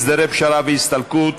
הסדרי פשרה והסתלקות),